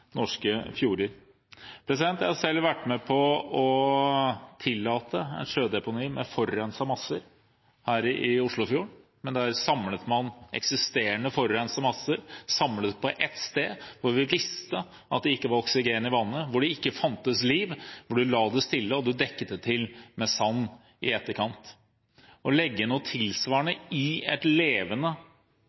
norske fjorder. Jeg har selv vært med på å tillate sjødeponi med forurensede masser her i Oslofjorden, men der samlet man eksisterende, forurensede masser på ett sted hvor man visste at det ikke var oksygen i vannet, hvor det ikke fantes liv, hvor man la det stille, og hvor man dekket det til med sand i etterkant. Å legge noe tilsvarende i et levende